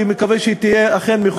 אני מקווה שהיא תהיה אכן מחויבת.